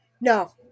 No